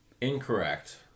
incorrect